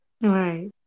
Right